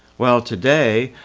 well today,